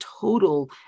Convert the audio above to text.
total